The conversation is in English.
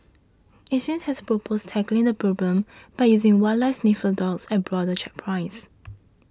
acres has proposed tackling the problem by using wildlife sniffer dogs at border checkpoints